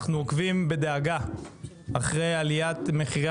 אנחנו עוקבים בדאגה אחרי עליית מחירי